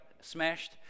smashed